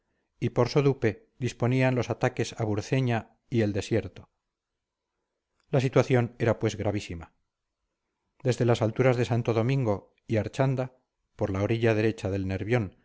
y por sodupe disponían los ataques a burceña y el desierto la situación era pues gravísima desde las alturas de santo domingo y archanda por la orilla derecha del nervión